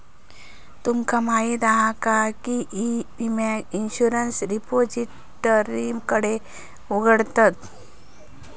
तुमका माहीत हा काय की ई विम्याक इंश्युरंस रिपोजिटरीकडे उघडतत